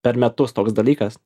per metus toks dalykas